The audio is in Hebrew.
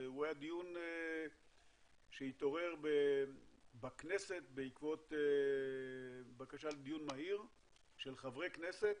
והוא היה דיון שהתעורר בכנסת בעקבות בקשה לדיון מהיר של חברי כנסת,